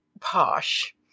posh